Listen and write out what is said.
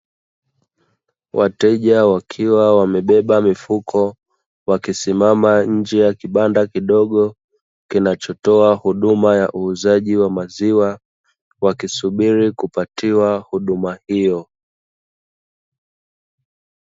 Wateja wakiwa wamebeba mifuko, wakisimama nje ya kibanda kidogo, kinachotoa huduma ya uuzaji wa maziwa, wakisubiri kupatiwa huduma hiyo.